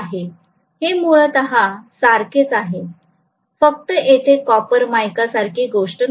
हे मूलतः सारखेच आहे फक्त येथे कॉपर मायका सारखी गोष्ट नाही